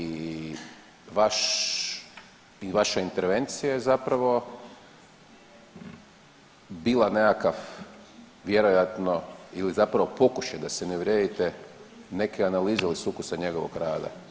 I vaš, vaša intervencija je zapravo bila nekakav vjerojatno ili zapravo pokušaj da se ne uvrijedite neke analize ili sukusa njegovog rada.